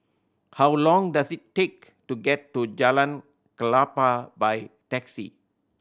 how long does it take to get to Jalan Klapa by taxi